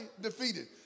defeated